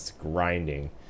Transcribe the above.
grinding